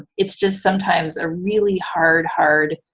it's just sometimes a really hard, hard